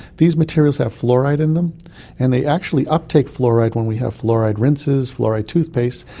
these materials have fluoride in them and they actually uptake fluoride when we have fluoride rinses, fluoride toothpaste,